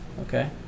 Okay